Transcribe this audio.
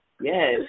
Yes